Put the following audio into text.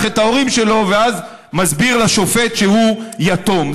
את ההורים שלו ואז מסביר לשופט שהוא יתום.